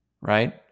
right